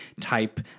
type